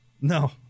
No